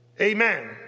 Amen